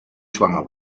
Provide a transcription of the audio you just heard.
schwanger